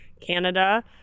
Canada